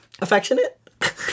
affectionate